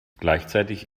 gleichzeitig